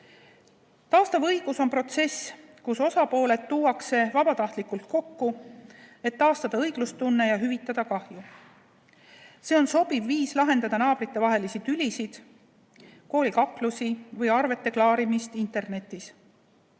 Taastav õigus on protsess, kus osapooled tuuakse vabatahtlikkuse alusel kokku, et taastada õiglustunne ja hüvitada kahju. See on sobiv viis lahendada naabritevahelisi tülisid, koolikaklusi või arveteklaarimist internetis.